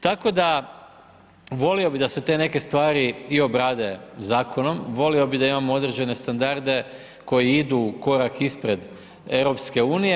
Tako da, volio bi da se te neke stvari i obrade zakonom, volio bih da imamo određene standarde koji idu korak ispred EU.